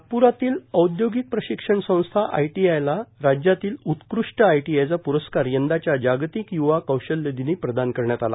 नागपुरातील औद्योगिक प्रशिक्षण संस्या आयटीआयला राज्यातील उत्कृ ट आयटीआयचा पुरस्कार यंदाच्या जागतिक युवा कौशल्यदिनी प्रदान करण्यात आला